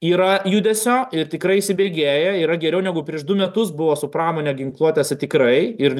yra judesio ir tikrai įsibėgėja yra geriau negu prieš du metus buvo su pramone ginkluotėse tikrai ir